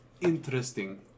interesting